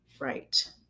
Right